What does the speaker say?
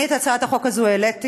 אני, את הצעת החוק הזאת העליתי,